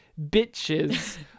bitches